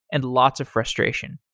and lots of frustration.